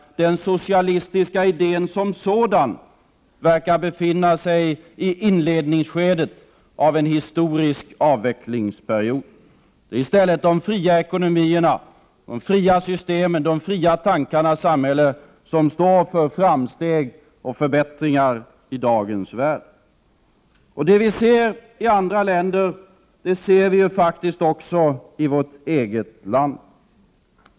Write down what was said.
Den socialistiska idén som sådan verkar befinna sig i inledningsskedet av en historisk avvecklingsperiod. Det är i stället de fria ekonomiernas, de fria systemens och de fria tankarnas samhälle som står för framsteg och förbättringar i dagens värld. Det vi ser i andra länder ser vi faktiskt också i vårt eget land.